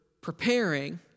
preparing